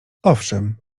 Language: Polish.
owszem